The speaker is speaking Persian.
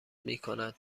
میکند